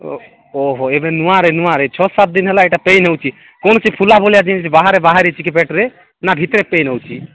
ଓ ଓହୋ ଏବେ ନୂଆରେ ନୂଆରେ ଛଅ ସାତଦିନ ହେଲା ଏଇଟା ପେନ୍ ହେଉଛି କୌଣସି ଫୁଲାଫୁଲି ବାହାରେ ବାହାରିଛି କି ପେଟରେ ନା ଭିତରେ ପେନ୍ ହେଉଛି